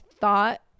thought